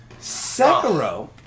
Sekiro